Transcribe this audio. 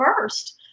first